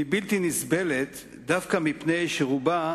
והיא בלתי נסבלת דווקא מפני שרובה